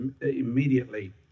immediately